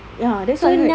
ya that's why